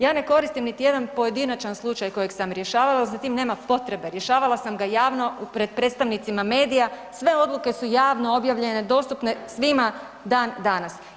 Ja ne koristim niti jedan pojedinačan slučaj kojeg sam rješavala, za tim nema potrebe, rješavala sam ga javno pred predstavnicima medija, sve odluke su javno objavljene, dostupne svima dan danas.